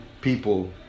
people